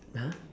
!huh!